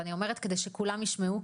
ואני אומרת כדי שכולם ישמעו,